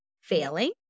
failing